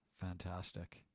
Fantastic